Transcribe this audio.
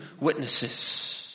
witnesses